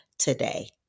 today